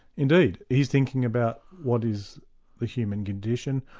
indeed. he's thinking about what is the human condition,